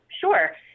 Sure